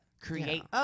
Create